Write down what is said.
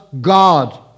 God